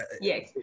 Yes